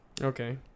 okay